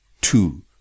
Two